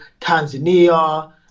Tanzania